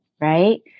Right